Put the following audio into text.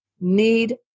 need